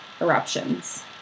eruptions